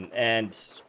and